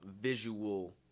visual